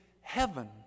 heaven